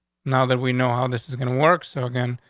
now that we know how this is gonna work, so again,